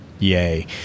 yay